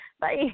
Bye